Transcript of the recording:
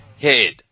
head